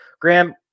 Graham